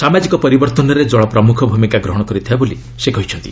ସାମାଜିକ ପରିବର୍ଭନରେ କଳ ପ୍ରମୁଖ ଭୂମିକା ଗ୍ରହଣ କରିଥାଏ ବୋଲି ସେ କହିଛନ୍ତି